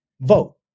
vote